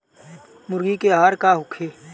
मुर्गी के आहार का होखे?